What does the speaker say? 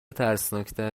ترسناکتر